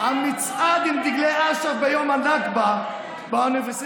המצעד עם דגלי אש"ף ביום הנכבה באוניברסיטאות